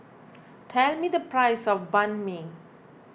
tell me the price of Banh Mi